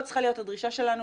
זאת צריכה להיות הדרישה שלנו,